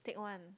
take onen